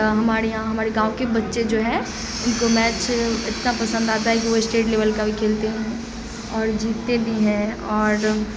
ہمارے یہاں ہمارے گاؤں کے بچے جو ہیں ان کو میچ اتنا پسند آتا ہے کہ وہ اسٹیٹ لیول کا بھی کھیلتے ہیں اور جیتتے بھی ہیں اور